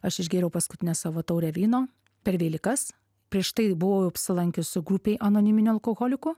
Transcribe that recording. aš išgėriau paskutinę savo taurę vyno per velykas prieš tai buvau jau apsilankius grupei anoniminių alkoholikų